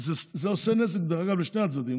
זה עושה נזק לשני הצדדים,